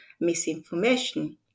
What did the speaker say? misinformation